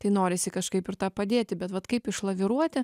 tai norisi kažkaip ir tą padėti bet vat kaip išlaviruoti